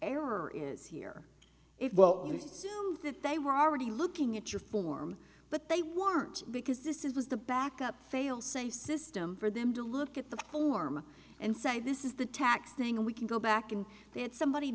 error is here if well in assume that they were already looking at your form but they weren't because this is the backup fail safe system for them to look at the form and say this is the tax thing we can go back and it's somebody